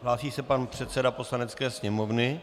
Hlásí se pan předseda Poslanecké sněmovny.